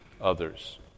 others